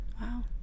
wow